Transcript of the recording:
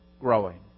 growing